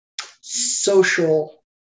social